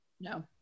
No